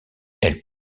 elle